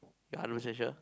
you are hundred percent sure